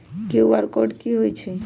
QR code कि हई छई?